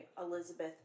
Elizabeth